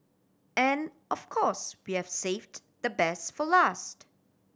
and of course we have saved the best for last